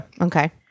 Okay